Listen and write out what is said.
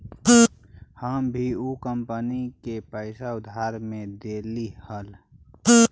हम भी ऊ कंपनी के पैसा उधार में देली हल